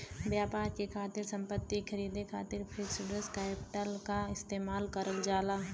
व्यापार के खातिर संपत्ति खरीदे खातिर फिक्स्ड कैपिटल क इस्तेमाल करल जाला